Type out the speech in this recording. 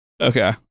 Okay